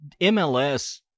MLS